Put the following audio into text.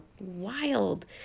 wild